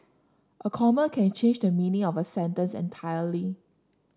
a comma can change the meaning of a sentence entirely